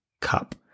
Cup